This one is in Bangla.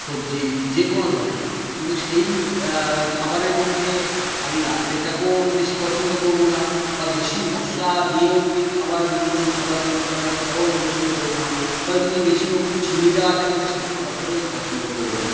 সবজি যে কোনো ধরনের কিন্তু সেই খাবারের মধ্যে আমি নারকেলটাকেও আমি বেশি পছন্দ করবোনা আবার বেশি মশলা দিয়েও যে খাবার যদি কোনো খাবার তৈরী করা হয় সেটাও আমি পছন্দ করবো না বা যদি বেশিরকম চিনি দেওয়া থাকে তা সে খাবারটাকেও আমি পছন্দ করবো না